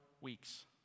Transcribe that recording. weeks